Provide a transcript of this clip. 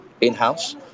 in-house